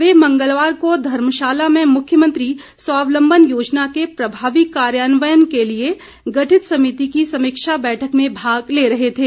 वे मंगलवार को धर्मशाला में मुख्यमंत्री स्वावलम्बन योजना के प्रभावी कार्यान्वयन के लिए गठित समिति की समीक्षा बैठक में भाग ले रहे थे